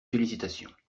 félicitations